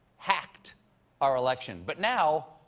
hacked our election. but now,